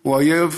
הוא האויב